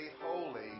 holy